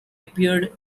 appeared